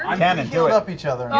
um and healed up each other.